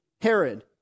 Herod